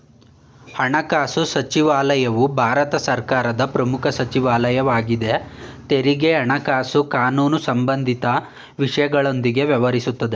ಹಣಕಾಸುಸಚಿವಾಲಯವು ಭಾರತ ಸರ್ಕಾರದ ಪ್ರಮುಖ ಸಚಿವಾಲಯ ವಾಗಿದೆ ತೆರಿಗೆ ಹಣಕಾಸು ಕಾನೂನುಸಂಬಂಧಿಸಿದ ವಿಷಯಗಳೊಂದಿಗೆ ವ್ಯವಹರಿಸುತ್ತೆ